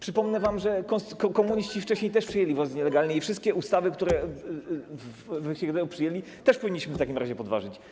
Przypomnę wam, że komuniści wcześniej też przyjęli... nielegalnie i wszystkie ustawy, które... przyjęli, też powinniśmy w takim razie podważyć.